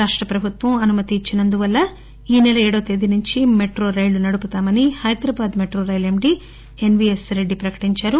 రాష్ట ప్ర భుత్వం అనుమతి ఇచ్చినందున ఈ సెల ఏడు నుంచి మెట్రో రైళ్ళు నడుపుతామని హైద రాబాద్ మెట్రో రైలు ఎండీ ఎన్వీఎస్ రెడ్డి ప్రకటించారు